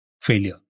failure